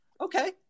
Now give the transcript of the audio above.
okay